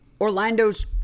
Orlando's